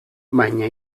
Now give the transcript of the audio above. baina